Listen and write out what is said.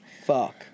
Fuck